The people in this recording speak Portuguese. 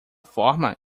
forma